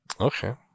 okay